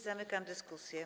Zamykam dyskusję.